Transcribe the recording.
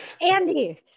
andy